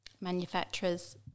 manufacturer's